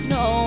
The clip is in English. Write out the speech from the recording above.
no